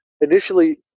Initially